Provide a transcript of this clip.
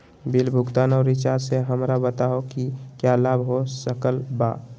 Bill भुगतान और recharge से हमरा बताओ कि क्या लाभ हो सकल बा?